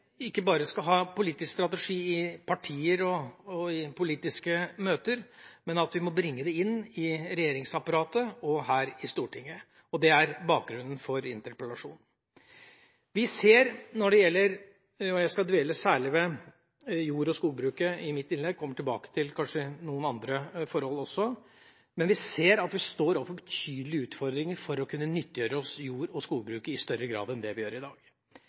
må bringe det inn i regjeringsapparatet og i Stortinget. Det er bakgrunnen for interpellasjonen. Jeg skal i mitt innlegg særlig dvele ved jordbruket og skogbruket. Jeg kommer kanskje tilbake til noen andre forhold også. Vi ser at vi står overfor betydelige utfordringer for å kunne nyttiggjøre oss jord- og skogbruket i større grad enn vi gjør i dag.